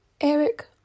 Eric